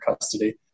custody